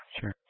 Sure